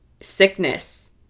sickness